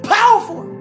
Powerful